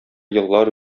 еллар